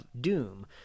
doom